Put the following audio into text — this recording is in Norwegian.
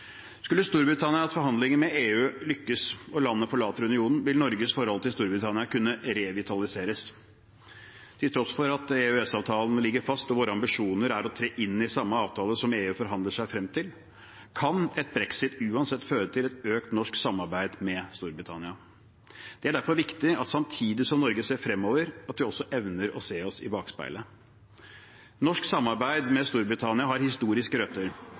Skulle Storbritannias forhandlinger med EU lykkes og landet forlate unionen, vil Norges forhold til Storbritannia kunne revitaliseres. Til tross for at EØS-avtalen ligger fast og våre ambisjoner er å tre inn i samme avtale som EU forhandler seg frem til, kan et brexit uansett føre til et økt norsk samarbeid med Storbritannia. Det er derfor viktig at Norge samtidig som vi ser fremover, også evner å se oss i bakspeilet. Norsk samarbeid med Storbritannia har historiske røtter.